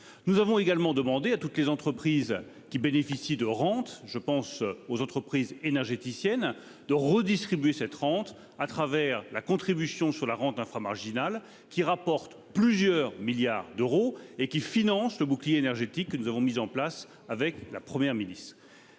Nous avons également demandé à toutes les entreprises qui bénéficient de rentes- je pense aux entreprises énergéticiennes -de redistribuer cette rente par le biais de la contribution sur la rente inframarginale, qui rapporte plusieurs milliards d'euros et qui finance le bouclier énergétique que nous avons mis en place avec la Première ministre.